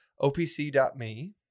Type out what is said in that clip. opc.me